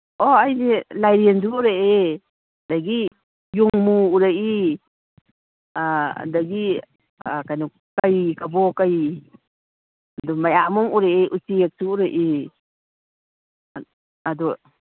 ꯑꯣ ꯑꯩꯁꯤ ꯂꯥꯏꯔꯦꯟꯁꯨ ꯎꯔꯛꯑꯦ ꯑꯗꯒꯤ ꯌꯣꯡꯃꯨ ꯎꯔꯛꯏ ꯑꯗꯒꯤ ꯀꯩꯅꯣ ꯀꯩ ꯀꯕꯣ ꯀꯩ ꯑꯗꯨ ꯃꯌꯥꯝ ꯑꯃ ꯎꯔꯛꯑꯦ ꯎꯆꯦꯛꯁꯨ ꯎꯔꯛꯏ ꯑꯗꯨ